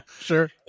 Sure